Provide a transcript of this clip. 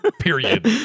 period